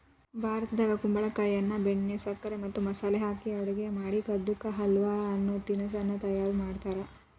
ಭಾರತದಾಗ ಕುಂಬಳಕಾಯಿಯನ್ನ ಬೆಣ್ಣೆ, ಸಕ್ಕರೆ ಮತ್ತ ಮಸಾಲೆ ಹಾಕಿ ಅಡುಗೆ ಮಾಡಿ ಕದ್ದು ಕಾ ಹಲ್ವ ಅನ್ನೋ ತಿನಸ್ಸನ್ನ ತಯಾರ್ ಮಾಡ್ತಾರ